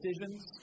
decisions